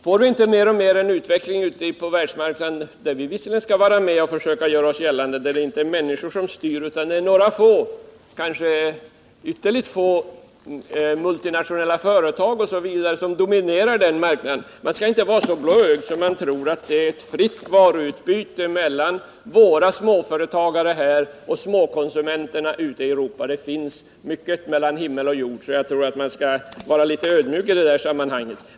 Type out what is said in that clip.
Får vi inte mer och mer en utveckling på världsmarknaden där vi visserligen skall vara med och försöka göra oss gällande men där det inte är människor som styr utan där det är några — kanske ytterligt få — multinationella företag osv. som dominerar marknaden? Man skall inte vara så blåögd att man tror att det är fritt varuutbyte mellan våra småföretagare här och småkonsumenterna ute i Europa. Det finns mycket mellan himmel och jord, så jag tror att man skall vara litet ödmjuk i det där sammanhanget.